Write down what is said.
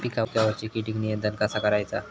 पिकावरची किडीक नियंत्रण कसा करायचा?